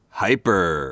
hyper